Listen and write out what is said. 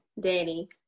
Danny